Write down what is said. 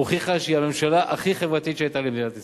הוכיחה שהיא הממשלה הכי חברתית שהיתה במדינת ישראל,